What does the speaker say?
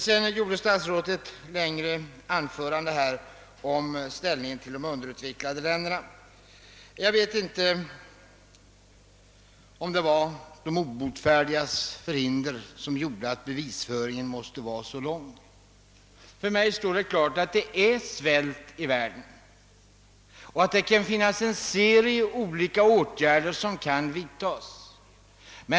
Statsrådet hade sedan en längre utläggning om vårt förhållande till de underutvecklade länderna. Jag vet inte, om det var ett de obotfärdigas förhinder som gjorde att bevisföringen blev så lång. För mig står det klart att det är svält i världen och att en serie olika åtgärder måste vidtas för att minska den.